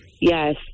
Yes